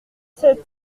sept